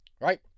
right